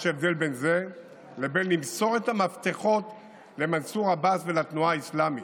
יש הבדל בין זה לבין למסור את המפתחות למנסור עבאס ולתנועה האסלאמית.